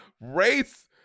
Race